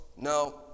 No